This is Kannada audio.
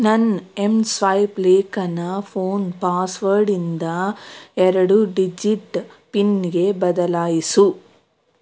ನನ್ನ ಎಂ ಸ್ವೈಪ್ ಲೇಕನ್ನು ಫೋನ್ ಪಾಸ್ವರ್ಡಿಂದ ಎರಡು ಡಿಜಿಟ್ ಪಿನ್ಗೆ ಬದಲಾಯಿಸು